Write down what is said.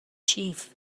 chief